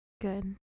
Good